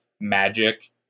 magic